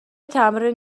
تمرین